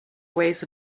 ways